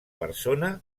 persona